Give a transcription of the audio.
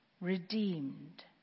redeemed